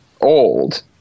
old